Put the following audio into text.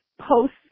post